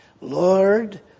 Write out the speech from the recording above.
Lord